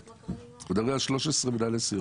הוא מדבר על 13 מנהלי סיעות.